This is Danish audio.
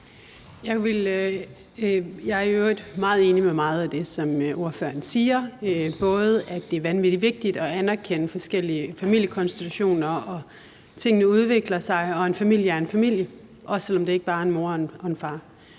Jeg er enig i meget af det ordføreren siger, både at det er vanvittig vigtigt at anerkende forskellige familiekonstellationer, at tingene udvikler sig, og at en familie er en familie, også selv om det ikke bare er en mor og en far.